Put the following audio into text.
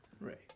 Right